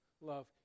Love